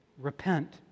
Repent